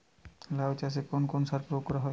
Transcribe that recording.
লাউ চাষে কোন কোন সার প্রয়োগ করা হয়?